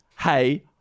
hey